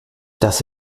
das